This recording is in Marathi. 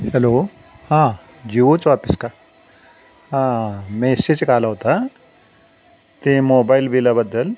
हॅलो हां जीओचं ऑपिस का मेसेज एक आला होता ते मोबाईल बिलाबद्दल